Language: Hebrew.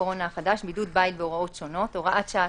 הקורונה החדש) (בידוד בית והוראות שונות) (הוראת שעה),